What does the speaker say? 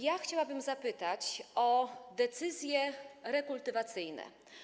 Ja chciałabym zapytać o decyzje rekultywacyjne.